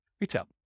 retail